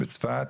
בצפת.